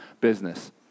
business